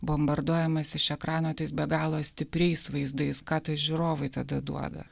bombarduojamas iš ekrano tais be galo stipriais vaizdais ką tai žiūrovui tada duoda